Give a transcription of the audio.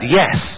yes